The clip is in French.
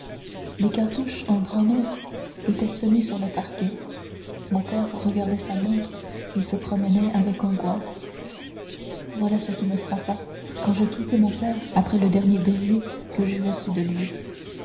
des cartouches en grand nombre étaient semées sur le parquet mon père regardait sa montre et se promenait avec angoisse voilà ce qui me frappa quand je quittai mon père après le dernier baiser que j'eus reçu de lui